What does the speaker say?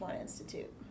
institute